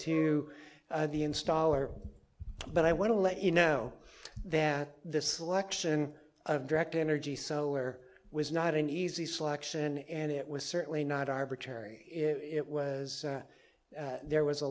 to the installer but i want to let you know that the selection of direct energy solar was not an easy selection and it was certainly not arbitrary it was there was a